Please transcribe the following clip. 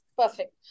Perfect